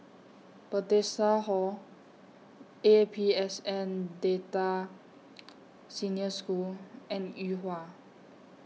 Bethesda Hall A P S N Delta Senior School and Yuhua